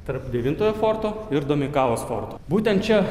tarp devintojo forto ir domeikavos forto būtent čia